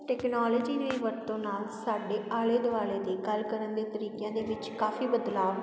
technology ਦੀ ਵਰਤੋਂ ਨਾਲ਼ ਸਾਡੇ ਆਲ਼ੇ ਦੁਆਲ਼ੇ ਦੇ ਗੱਲ ਕਰਨ ਦੇ ਤਰੀਕਿਆਂ ਦੇ ਵਿੱਚ ਕਾਫ਼ੀ ਬਦਲਾਵ